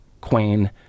queen